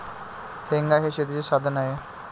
हेंगा हे शेतीचे साधन आहे